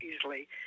easily